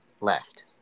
left